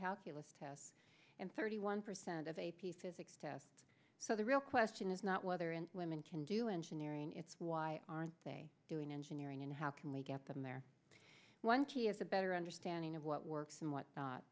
calculus tests and thirty one percent of a p physics test so the real question is not whether and women can do engineering it's why aren't they doing engineering and how can we get them there once he has a better understanding of what works and what not